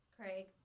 Craig